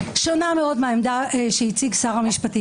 שונה מאוד מהעמדה שהציג שר המשפטים.